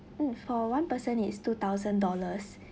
mm for one person it's two thousand dollars